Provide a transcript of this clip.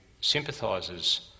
sympathises